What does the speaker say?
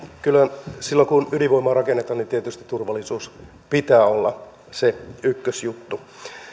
kyllä silloin kun ydinvoimaa rakennetaan tietysti turvallisuuden pitää olla se ykkösjuttu